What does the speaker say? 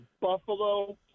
Buffalo